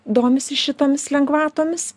domisi šitomis lengvatomis